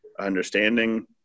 understanding